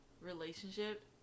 relationship